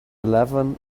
eleven